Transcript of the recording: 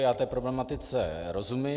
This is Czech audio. Já té problematice rozumím.